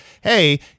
hey